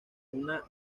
una